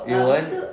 you want